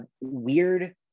weird